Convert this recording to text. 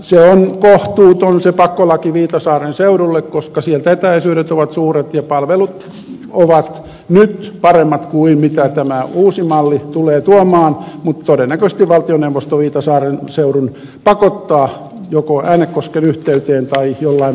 se on kohtuuton pakkolaki viitasaaren seudulle koska sieltä etäisyydet ovat suuret ja palvelut ovat nyt paremmat kuin mitä tämä uusi malli tulee tuomaan mutta todennäköisesti valtioneuvosto viitasaaren seudun pakottaa joko äänekosken yhteyteen tai jollain muulla tavalla